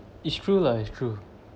it's true lah it's true